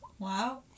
Wow